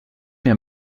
mir